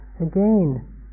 again